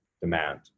demand